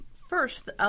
First